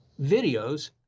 videos